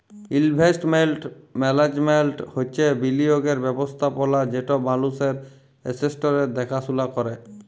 investment management হছে বিলিয়গের ব্যবস্থাপলা যেট মালুসের এসেট্সের দ্যাখাশুলা ক্যরে